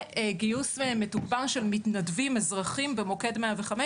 וגיוס מתוגבר של מתנדבים אזרחים במוקד 105,